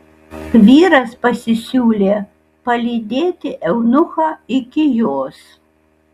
vyras pasisiūlė palydėti eunuchą iki jos